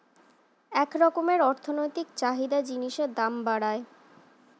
এক রকমের অর্থনৈতিক চাহিদা জিনিসের দাম বাড়ায়